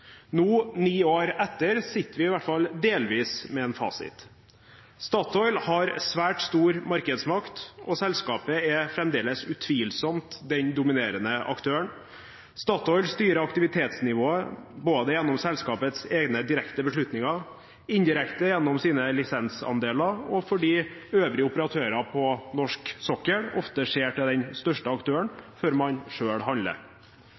Nå, ni år etter, sitter vi i hvert fall delvis med en fasit. Statoil har svært stor markedsmakt, og selskapet er fremdeles utvilsomt den dominerende aktøren. Statoil styrer aktivitetsnivået både gjennom selskapets egne direkte beslutninger, indirekte gjennom sine lisensandeler og fordi øvrige operatører på norsk sokkel ofte ser til den største aktøren før man selv handler.